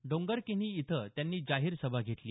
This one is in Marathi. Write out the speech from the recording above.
डोंगरकिन्ही इथं त्यांनी जाहीर सभा घेतली